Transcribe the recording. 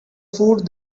food